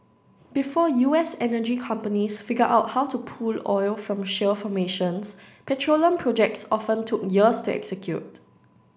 before U S energy companies figured out how to pull oil from shale formations petroleum projects often took years to execute